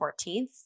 14th